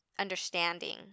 understanding